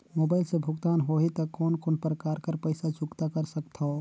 Mobile से भुगतान होहि त कोन कोन प्रकार कर पईसा चुकता कर सकथव?